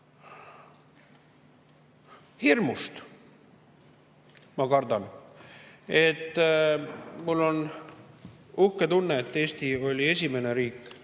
Hirmust, ma kardan. Mul on uhke tunne, et Eesti oli esimene riik